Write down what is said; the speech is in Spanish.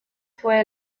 fue